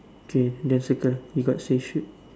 okay then circle he got say shoot